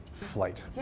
flight